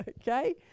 okay